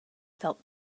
felt